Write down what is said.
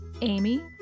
Amy